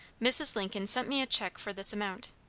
mrs. lincoln sent me a check for this amount.